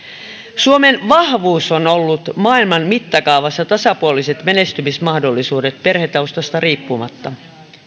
suomen vahvuus on ollut maailman mittakaavassa tasapuoliset menestymismahdollisuudet perhetaustasta riippumatta